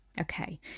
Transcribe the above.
Okay